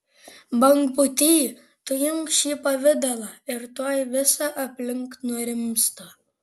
bangpūty tu imk šį pavidalą ir tuoj visa aplink nurimsta